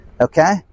Okay